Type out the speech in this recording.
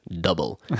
double